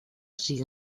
sigue